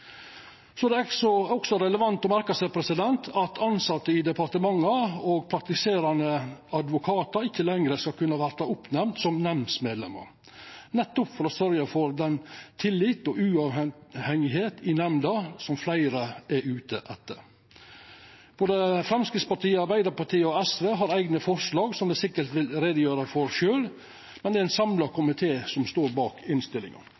er det òg relevant å merka seg at tilsette i departementa og praktiserande advokatar ikkje lenger skal kunne verta oppnemnde som nemndsmedlemer, nettopp for å sørgja for den tilliten og det sjølvstendet i nemnda som fleire er ute etter. Framstegspartiet, Arbeidarpartiet og SV har eigne forslag som dei sikkert vil greia ut om sjølve, men det er ein samla komité som står bak innstillinga.